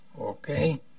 Okay